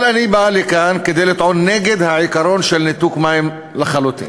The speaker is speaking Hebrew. אבל אני בא כאן לטעון נגד העיקרון של ניתוק מים לחלוטין.